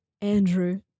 Andrew